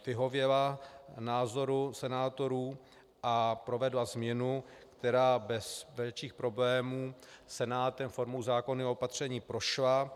Vyhověla názoru senátorů a provedla změnu, která bez větších problémů Senátem formou zákonných opatření prošla.